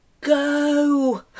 go